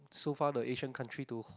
so far the Asian country to